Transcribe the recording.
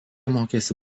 mokėsi